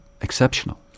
exceptional